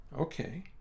Okay